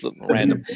random